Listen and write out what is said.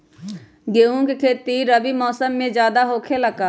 गेंहू के खेती रबी मौसम में ज्यादा होखेला का?